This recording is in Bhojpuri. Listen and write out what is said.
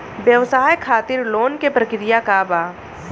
व्यवसाय खातीर लोन के प्रक्रिया का बा?